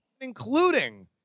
including